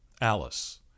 ALICE